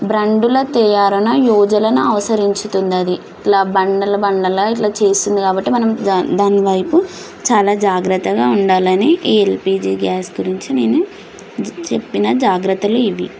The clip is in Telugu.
బ్రండుల తయారన యోజలన అవసరించుతుందది ఇట్లా బండల బండల ఇట్లా చేస్తుంది కాబట్టే మనం దా దాని వైపు చాల జాగ్రత్తగా ఉండాలని ఈ ఎల్పిజి గ్యాస్ గురించి నేను చెప్పిన జాగ్రత్తలు ఇవి